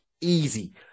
Easy